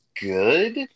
good